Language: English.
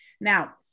Now